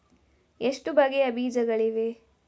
ಎಷ್ಟು ಬಗೆಯ ಬೀಜಗಳಿವೆ?